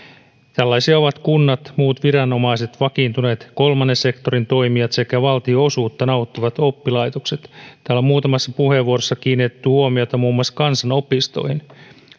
tällaisia ovat kunnat muut viranomaiset vakiintuneet kolmannen sektorin toimijat sekä valtionosuutta nauttivat oppilaitokset täällä on muutamassa puheenvuorossa kiinnitetty huomiota muun muassa kansanopistoihin